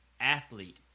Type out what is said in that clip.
athlete